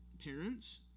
Parents